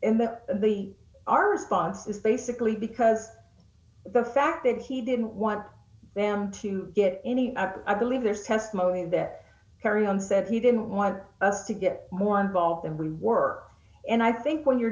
in that they are responses basically because the fact that he didn't want them to get any i believe there's testimony that carry on said he didn't want us to get more involved and we were and i think when you're